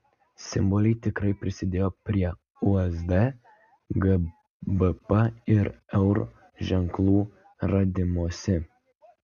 simboliai tikrai prisidėjo prie usd gbp ir eur ženklų radimosi